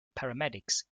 paramedics